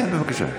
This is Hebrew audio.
כן, בבקשה.